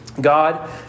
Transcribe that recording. God